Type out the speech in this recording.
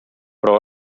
però